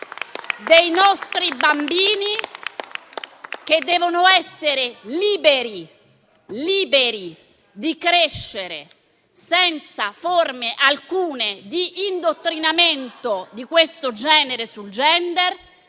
dei nostri bambini che devono essere liberi di crescere senza forme alcune di indottrinamento di questo genere sul *gender*